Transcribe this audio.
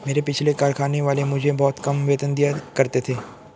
मेरे पिछले कारखाने वाले मुझे बहुत कम वेतन दिया करते थे